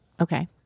Okay